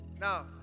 Now